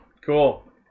Cool